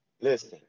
Listen